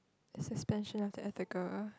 the suspension of the Atta Gal